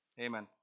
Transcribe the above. Amen